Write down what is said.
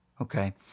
Okay